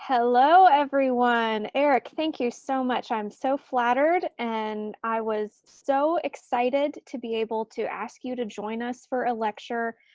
hello, everyone! eric, thank you so much, i'm so flattered and i was so excited to be able to ask you to join us for a lecture.